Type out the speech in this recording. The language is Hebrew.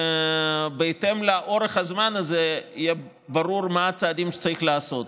בהתאם לאורך הזמן הזה יהיה ברור מה הצעדים שצריך לעשות.